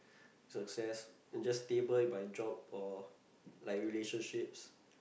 success and just stable in my job or like relationships